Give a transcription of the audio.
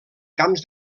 camps